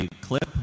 clip